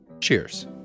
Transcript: Cheers